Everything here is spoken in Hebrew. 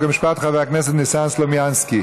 חוק ומשפט חבר הכנסת ניסן סלומינסקי.